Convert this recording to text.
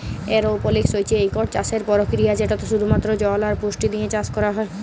এরওপলিক্স হছে ইকট চাষের পরকিরিয়া যেটতে শুধুমাত্র জল আর পুষ্টি দিঁয়ে চাষ ক্যরা হ্যয়